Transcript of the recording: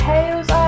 Hales